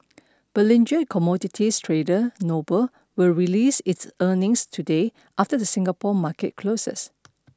belinge commodities trader Noble will release its earnings today after the Singapore market closes